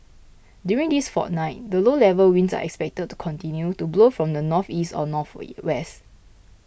during this fortnight the low level winds are expected to continue to blow from the northeast or west